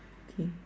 okay